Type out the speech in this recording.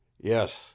Yes